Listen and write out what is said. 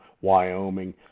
Wyoming